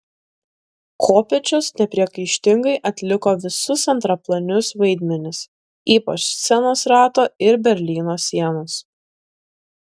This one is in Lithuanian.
kopėčios nepriekaištingai atliko visus antraplanius vaidmenis ypač scenos rato ir berlyno sienos